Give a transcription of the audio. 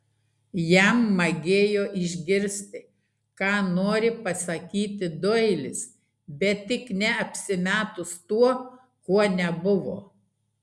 jam magėjo išgirsti ką nori pasakyti doilis bet tik ne apsimetus tuo kuo nebuvo